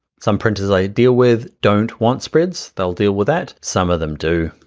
some printers i deal with don't want spreads, they'll deal with that, some of them do,